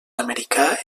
americà